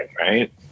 right